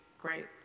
great